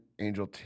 Angel